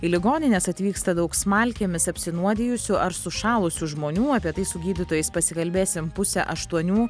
į ligonines atvyksta daug smalkėmis apsinuodijusių ar sušalusių žmonių apie tai su gydytojais pasikalbėsim pusę aštuonių